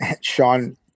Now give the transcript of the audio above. Sean